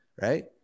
right